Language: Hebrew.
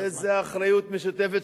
איזו אחריות משותפת,